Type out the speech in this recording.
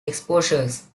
exposures